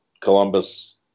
Columbus